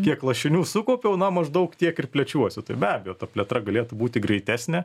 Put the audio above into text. kiek lašinių sukaupiau na maždaug tiek ir plečiuosi tai be abejo ta plėtra galėtų būti greitesnė